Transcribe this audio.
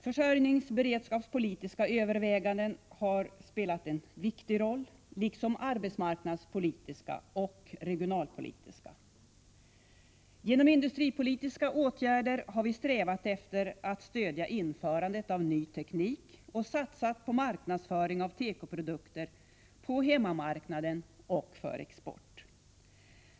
Försörjningsberedskapspolitiska överväganden har spelat en viktig roll — liksom arbetsmarknadspolitiska och regionalpolitiska. Genom industripolitiska åtgärder har vi strävat efter att stödja införandet av nyteknik och satsat på marknadsföring av tekoprodukter på hemmamarknaden och för export.